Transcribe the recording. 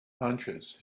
hunches